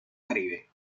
caribe